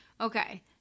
Okay